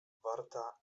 warta